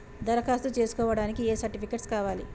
దరఖాస్తు చేస్కోవడానికి ఏ సర్టిఫికేట్స్ కావాలి?